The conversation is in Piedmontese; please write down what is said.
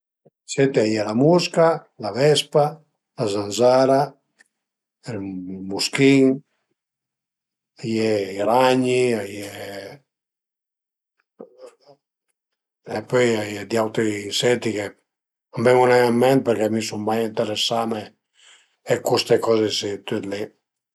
D'insetti a ie la musca, la vespa, la zanzara, ël muschin, a ie i ragni, a ie e pöi a ie d'auti insetti che a më ven-u nen ën ment përché mi sun mai ënteresame a custe coze li, tüt li